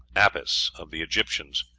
apis, of the egyptians,